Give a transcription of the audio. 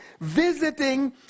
visiting